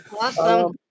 Awesome